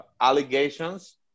allegations